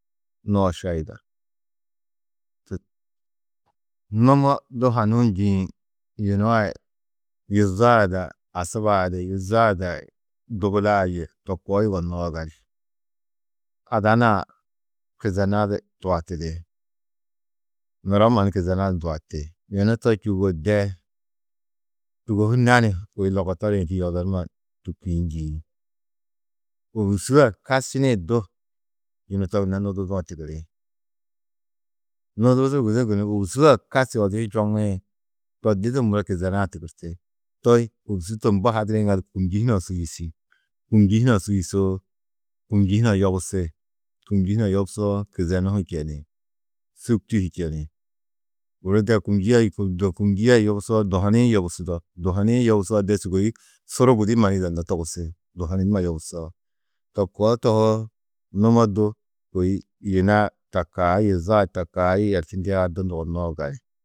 Nooša yida numo du hanuũ njîĩ yunu a yuzo ada asuba ada yê yuzo ada dubulaa yê to koo yugonnoó gali. Ada nuã kizena du tuatidi, nuro mannu kizena du nduati. Yunu to čûo de tûguho nani kôi logotori-ĩ čîĩ odo numa tûkiĩ njîi. Ôwusu ai kasčinĩ du yunu to gunna nuduudu-ã tigiri. Nuduudu gudi gunú ôwusu ai kasči odi-ĩ čoŋĩ to di du muro kizena-ã tigirti. To ôwusu to mbo hadirĩ ŋadu kûmnji hunã su yîsi. Kûmnji hunã su yîsoo, kûmnji hunã yobusi. Kûmnji hunã yobusoo kizenu hu čeni, sûkti hi čeni. Guru de kûmnji ai do kûmnji ai yobusoo duhoni-ĩ yobusudo, duhoni-ĩ yobusoo de šûgoi suru gudi mannu yidannó togusi duhoni numa yobusoo. To koo tohoo numo du kôi yina ta kaa yizaa ta kaa yerčidia du nugonnoó gali.